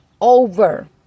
over